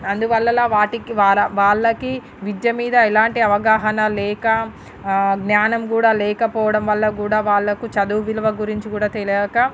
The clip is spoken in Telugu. అందువలన వాటికి వాళ్ళ వాళ్లకి విద్య మీద ఎలాంటి అవగాహన లేక జ్ఞానం కూడా లేకపోవడం వల్ల కూడా వాళ్లకు చదువు విలువ గురించి కూడా తెలియక